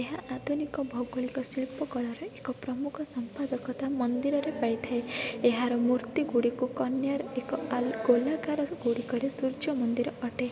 ଏହା ଆଧୁନିକ ଭୌଗଳିକ ଶିଳ୍ପକଳାରେ ଏକ ପ୍ରମୁଖ ସମ୍ପାଦକ ତ ମନ୍ଦିରରେ ପାଇଥାଏ ଏହାର ମୂର୍ତ୍ତି ଗୁଡ଼ିକୁ କନ୍ୟାର ଏକ ଆଲ୍ ଗୋଲାକାରରୁ ଗୁଡ଼ିକରେ ସୂର୍ଯ୍ୟ ମନ୍ଦିର ଅଟେ